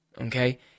okay